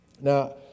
Now